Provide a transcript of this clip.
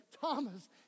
Thomas